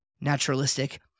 naturalistic